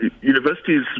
universities